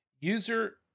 User